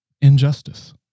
injustice